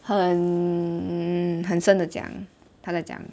很很深的讲他再讲